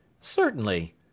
Certainly